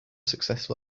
successful